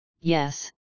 yes